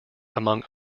among